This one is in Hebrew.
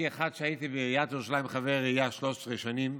כאחד שהייתי בעיריית ירושלים וחבר עירייה 13 שנים,